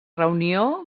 reunió